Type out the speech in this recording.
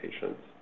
patients